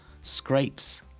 scrapes